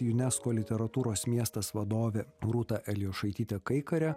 unesco literatūros miestas vadovė rūta elijošaitytė kaikarė